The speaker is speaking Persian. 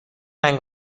رنگ